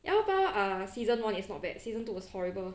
幺幺八 season one is not bad season two was horrible